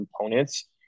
components